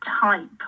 type